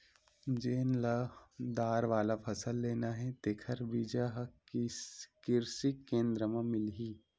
जेन ल दार वाला फसल लेना हे तेखर बीजा ह किरसी केंद्र म मिलही